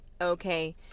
Okay